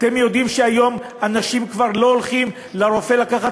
אתם יודעים שהיום אנשים כבר לא הולכים לרופא לקחת